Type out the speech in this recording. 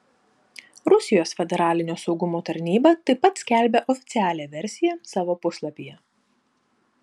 rusijos federalinio saugumo tarnyba taip pat skelbia oficialią versiją savo puslapyje